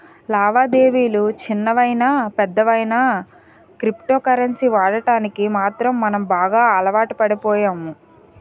లావాదేవిలు చిన్నవయినా పెద్దవయినా క్రిప్టో కరెన్సీ వాడకానికి మాత్రం మనం బాగా అలవాటుపడిపోయాము